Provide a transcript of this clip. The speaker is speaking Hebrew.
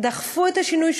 ודחפו את השינוי.